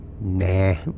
nah